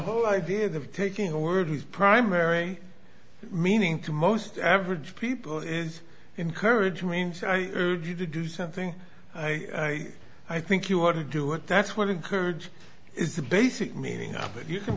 whole idea of taking a word his primary meaning to most average people is encourage means i urge you to do something i i think you ought to do it that's what encourage is the basic meaning of it you can